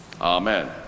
Amen